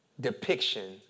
depiction